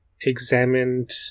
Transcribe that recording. examined